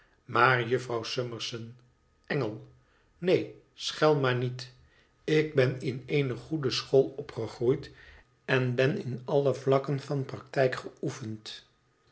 maar jufvrouw summerson engel neen schel maar niet ik ben in eene goede school opgegroeid en ben in alle vakken van de praktijk geoefend